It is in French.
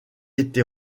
été